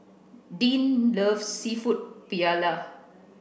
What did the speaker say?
Dean loves Seafood Paella